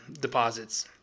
deposits